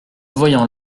voyant